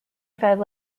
five